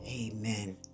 Amen